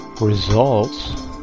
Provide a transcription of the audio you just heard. results